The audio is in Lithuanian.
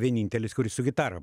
vienintelis kuris su gitara